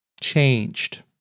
changed